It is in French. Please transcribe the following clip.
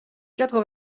quatre